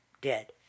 dead